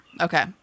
Okay